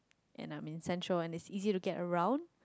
and I mean central and it's easy to get around